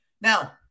Now